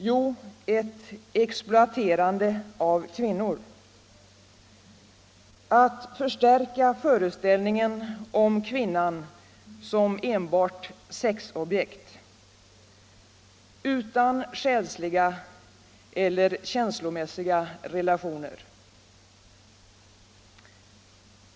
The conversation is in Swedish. Jo, att exploatera kvinnor, att förstärka föreställningen om kvinnan som enbart sexobjekt, utan själsliga, känslomässiga relationer.